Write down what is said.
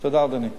תודה, אדוני.